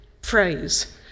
phrase